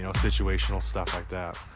you know situational stuff like that.